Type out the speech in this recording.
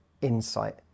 insight